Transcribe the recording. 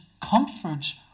comforts